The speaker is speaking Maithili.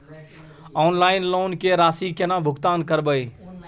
ऑनलाइन लोन के राशि केना भुगतान करबे?